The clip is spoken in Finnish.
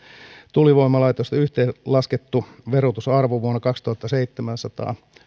tuulivoimalaitosten yhteen laskettu verotusarvo vuonna kaksituhattaseitsemäntoista